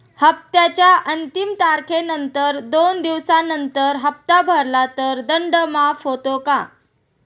हप्त्याच्या अंतिम तारखेनंतर दोन दिवसानंतर हप्ता भरला तर दंड माफ होतो का?